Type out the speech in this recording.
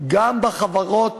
וגם בחברות